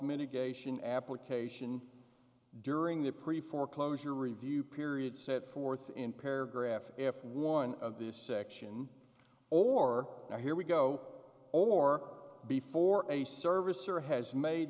mitigation application during the pretty foreclosure review period set forth in paragraph if one of this section or now here we go or before a service or has made